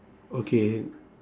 okay